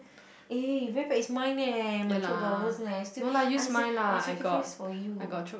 eh very bad it's mine eh my Chope dollars leh I still I sa~ I sacrifice for you